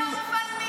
אמרתי על הסרבנים,